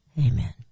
Amen